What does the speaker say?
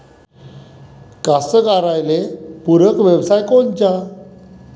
कास्तकाराइले पूरक व्यवसाय कोनचा?